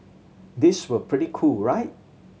these were pretty cool right